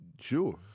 sure